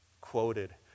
quoted